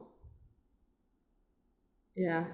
ya